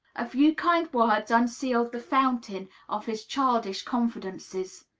a few kind words unsealed the fountain of his childish confidences.